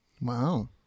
Wow